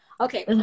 okay